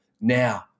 Now